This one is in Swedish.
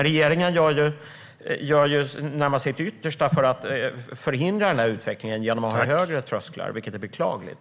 Regeringen gör närmast sitt yttersta för att förhindra denna utveckling genom att ha högre trösklar, vilket är beklagligt.